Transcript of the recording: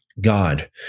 God